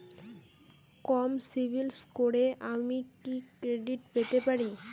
কম সিবিল স্কোরে কি আমি ক্রেডিট পেতে পারি?